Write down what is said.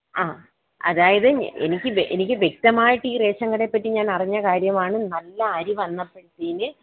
ആ അതായത് എനിക്ക് എനിക്ക് വ്യക്തമായിട്ട് ഈ റേഷൻ കടയെപ്പറ്റി ഞാൻ അറിഞ്ഞ കാര്യമാണ് നല്ല അരി വന്നപ്പോഴത്തേന്